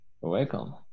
welcome